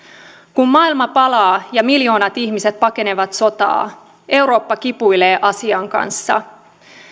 kun maailma palaa ja miljoonat ihmiset pakenevat sotaa eurooppa kipuilee asian kanssa